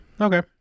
Okay